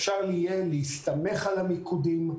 אפשר יהיה להסתמך על המיקודים.